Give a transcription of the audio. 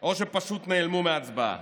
או שפשוט נעלמו מההצבעה.